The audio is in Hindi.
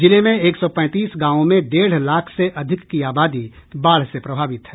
जिले में एक सौ पैंतीस गांवों में डेढ़ लाख से अधिक की आबादी बाढ़ से प्रभावित है